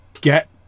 get